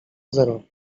zero